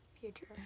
future